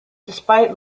despite